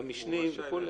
גם משנים וכולי.